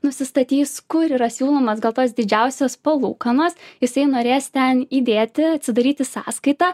nusistatys kur yra siūlomos gal tos didžiausios palūkanos jisai norės ten įdėti atsidaryti sąskaitą